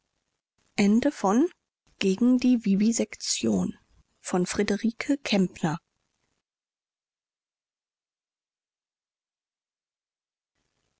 gegen die vivisektion